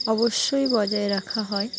অবশ্যই বজায় রাখা হয়